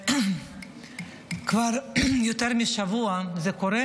כבר יותר משבוע זה קורה